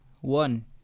one